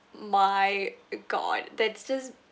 my god that's just